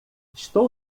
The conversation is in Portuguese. estou